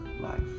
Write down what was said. life